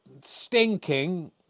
stinking